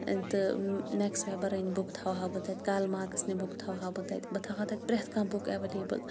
تہٕ میکٕس ویبَرٕنۍ بُکہٕ تھَوہا بہٕ تَتہِ کارل مارکٕسنہِ بُکہٕ تھَاوہا بہٕ تَتہِ بہٕ تھاوہا تَتہِ پرٮ۪تھ کانٛہہ بُک ایویلیبٕل